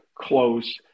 close